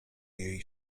jej